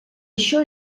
això